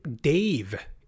Dave